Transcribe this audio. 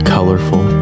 Colorful